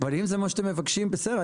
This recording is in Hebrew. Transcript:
אבל, אם זה מה שאתם מבקשים, בסדר.